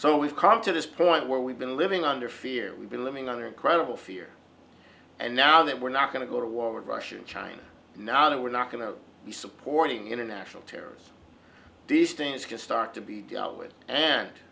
so we've come to this point where we've been living under fear we've been living under incredible fear and now that we're not going to go to war with russia and china now that we're not going to be supporting international terrorists these things can start to be dealt with and